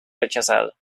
rechazado